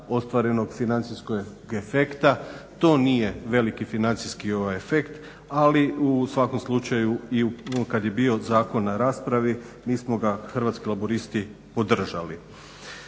ostvarenog financijskog efekta. To nije veliki financijski efekt ali u svakom slučaju i kada je bio zakon na raspravi mi smo ga Hrvatski laburisti podržali.